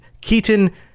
Keaton